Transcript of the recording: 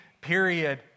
period